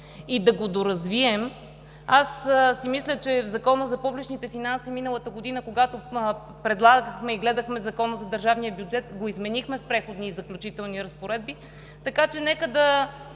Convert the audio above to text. и да го доразвием. Мисля си, че в Закона за публичните финанси миналата година, когато предлагахме и гледахме Закона за държавния бюджет, го изменихме в Преходни и заключителни разпоредби, така че нека